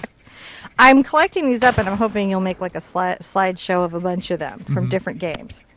i'm collecting these up and i'm hoping you'll make like a slide slide show of a bunch of them from different games.